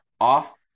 off